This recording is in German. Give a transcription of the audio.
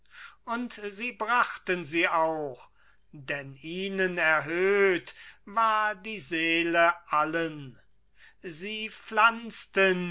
und die brachten sie auch denn ihnen erhöht war die seele allen sie pflanzten